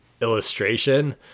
illustration